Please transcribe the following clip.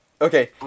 okay